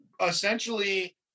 essentially